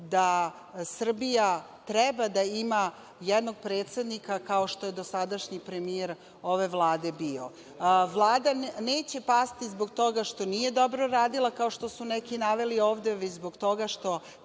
da Srbija treba da ima jednog predsednika, kao što je dosadašnji premijer ove Vlade bio. Vlada neće pasti zbog toga što nije dobro radila, kao što su neki naveli ovde, već zbog toga što